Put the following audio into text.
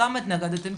למה התנגדתם?